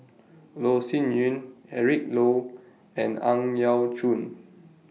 Loh Sin Yun Eric Low and Ang Yau Choon